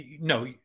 no